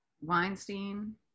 Weinstein